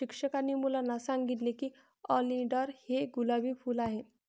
शिक्षकांनी मुलांना सांगितले की ऑलिंडर हे गुलाबी फूल आहे